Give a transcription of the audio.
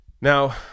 Now